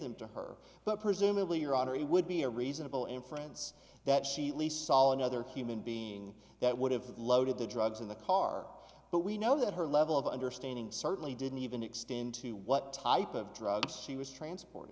them to her but presumably your honor he would be a reasonable inference that she least sol another human being that would have loaded the drugs in the car but we know that her level of understanding certainly didn't even extend to what type of drugs she was transport